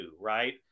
right